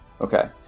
Okay